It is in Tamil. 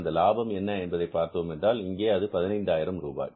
அந்த லாபம் என்ன என்பதை பார்த்தோம் என்றால் அது இங்கே 15000 ரூபாய்